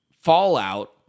fallout